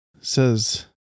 says